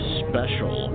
special